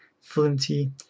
flinty